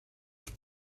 have